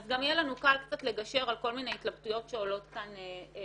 אז יהיה לנו קל לגשר על כל מיני התלבטויות שעולות כאן בחדר.